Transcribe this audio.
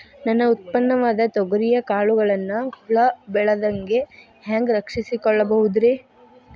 ನನ್ನ ಉತ್ಪನ್ನವಾದ ತೊಗರಿಯ ಕಾಳುಗಳನ್ನ ಹುಳ ಬೇಳದಂತೆ ಹ್ಯಾಂಗ ರಕ್ಷಿಸಿಕೊಳ್ಳಬಹುದರೇ?